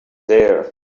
there